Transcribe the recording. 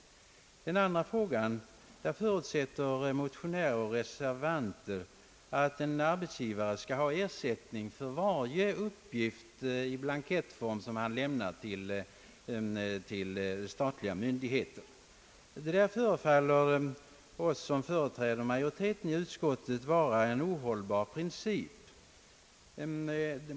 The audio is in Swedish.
I motionens andra fråga förutsätter både motionärer och reservanter att en arbetsgivare skall ha ersättning för varje uppgift i blankettform som han lämnar till statliga myndigheter. Detta förefaller oss som företräder majoriteten i utskottet vara en ohållbar princip.